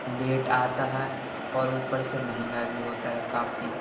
late آتا ہے اور اوپر سے مہنگا بھی ہوتا ہے کافی